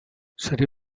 seria